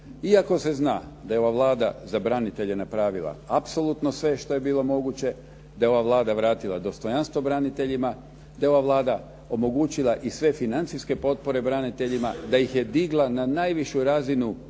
Iako se zna da je ova Vlada za branitelje napravila apsolutno sve što je bilo moguće, da je ova Vlada vratila dostojanstvo braniteljima, da je ova Vlada omogućila i sve financijske potpore braniteljima, da ih je digla na najvišu razinu